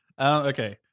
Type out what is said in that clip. Okay